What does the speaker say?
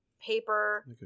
paper